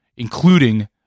including